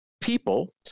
people